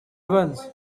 once